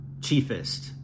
chiefest